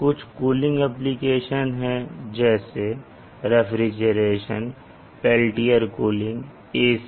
कुछ cooling applications हैं जैसे रेफ्रिजरेशन पेल्टियर कूलिंग एसी